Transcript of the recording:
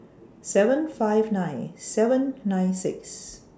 seven five nine seven nine six